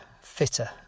fitter